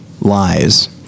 lies